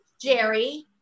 Jerry